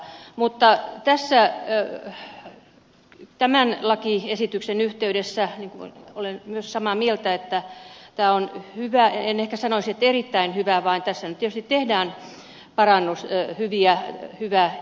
mutta tämän lakiesityksen yhteydessä olen myös samaa mieltä siitä että tämä on hyvä muutosesitys en ehkä sanoisi että erittäin hyvä vaan tässä nyt tietysti tehdään parannus ja hyviä hyvää